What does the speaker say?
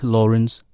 Lawrence